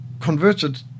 converted